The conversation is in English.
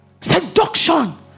Seduction